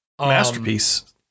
masterpiece